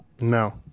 No